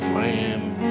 land